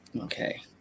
Okay